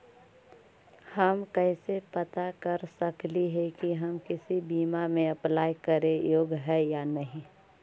हम कैसे पता कर सकली हे की हम किसी बीमा में अप्लाई करे योग्य है या नही?